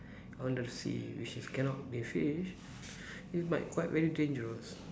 I want to see which is cannot be fish it might quite very dangerous